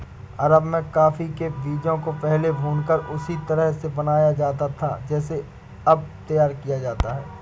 अरब में कॉफी के बीजों को पहले भूनकर उसी तरह से बनाया जाता था जैसे अब तैयार किया जाता है